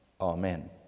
Amen